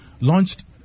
launched